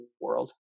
world